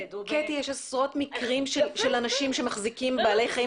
עשרות מקרים שבהם אנשים מחזיקים בעלי חיים